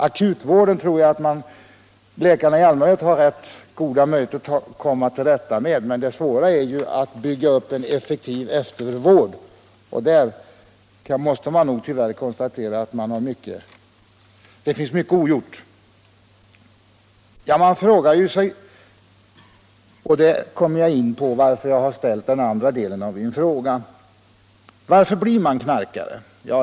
Akutvården tror jag att läkarna i allmänhet har rätt goda möjligheter att komma till rätta med, men det svåra är att bygga upp en effektiv eftervård. På den punkten måste man tyvärr konstatera att mycket är ogjort. Man kan fråga sig — och där kommer jag in på anledningen till min andra fråga: Varför blir människor knarkare?